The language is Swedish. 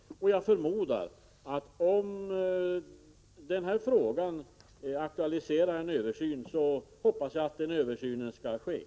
Jag förmodar att, om denna fråga aktualiserat en översyn, en sådan skall ske. Jag hoppas det.